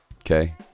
Okay